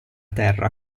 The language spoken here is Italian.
terra